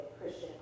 Christian